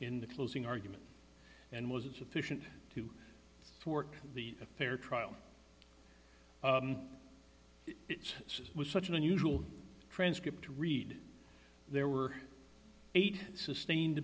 in the closing argument and was it sufficient to thwart the a fair trial it was such an unusual transcript read there were eight sustained